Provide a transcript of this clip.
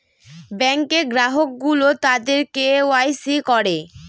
ব্যাঙ্কে গ্রাহক গুলো তাদের কে ওয়াই সি করে